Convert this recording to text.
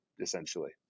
essentially